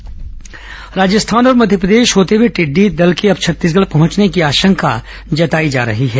टिडडी दल सतर्कता राजस्थान और मध्यप्रदेश होते हुए टिड्डी दल के अब छत्तीसगढ़ पहुंचने की आशंका जताई जा रही है